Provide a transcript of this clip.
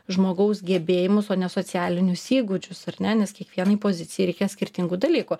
žmogaus gebėjimus o ne socialinius įgūdžius ar ne nes kiekvienai pozicijai reikia skirtingų dalykų